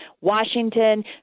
Washington